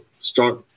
start